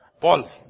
Paul